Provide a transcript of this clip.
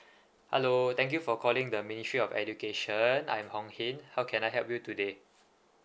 hello thank you for calling the ministry of education I'm hong hin can I help you today